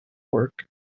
work